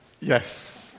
Yes